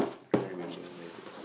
can't remember where is it